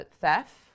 theft